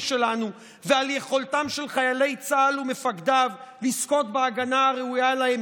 שלנו ועל יכולתם של חיילי צה"ל ומפקדיו לזכות בהגנה הראויה להם,